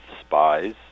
spies